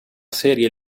serie